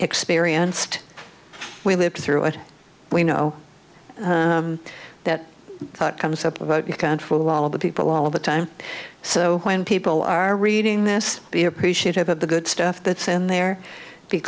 experienced we lived through it we know that it comes up about you can't fool all of the people all of the time so when people are reading this be appreciative of the good stuff that's in there